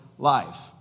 Life